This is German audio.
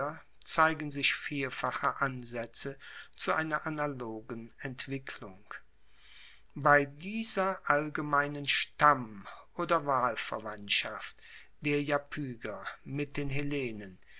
zeigen sich vielfache ansaetze zu einer analogen entwicklung bei dieser allgemeinen stamm oder wahlverwandtschaft der iapyger mit den hellenen